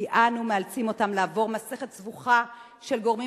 כי אנו מאלצים אותם לעבור מסכת סבוכה של גורמים